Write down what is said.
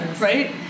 Right